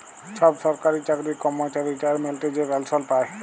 ছব সরকারি চাকরির কম্মচারি রিটায়ারমেল্টে যে পেলসল পায়